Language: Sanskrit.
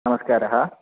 नमस्कारः